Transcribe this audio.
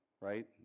right